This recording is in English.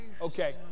Okay